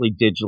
digitally